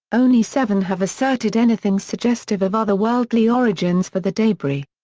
only seven have asserted anything suggestive of otherworldly origins for the debris.